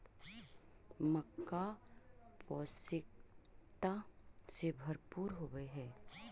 मक्का पौष्टिकता से भरपूर होब हई